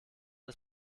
des